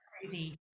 crazy